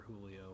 Julio